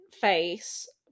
face